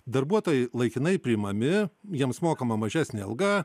darbuotojai laikinai priimami jiems mokama mažesnė alga